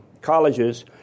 colleges